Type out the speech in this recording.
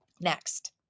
Next